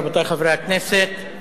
רבותי חברי הכנסת,